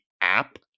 app